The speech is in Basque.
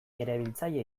erabiltzaile